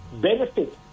benefit